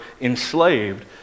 enslaved